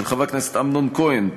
של חבר הכנסת אמנון כהן,